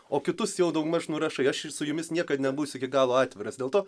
o kitus jau daugmaž nurašai aš ir su jumis niekad nebūsiu iki galo atviras dėl to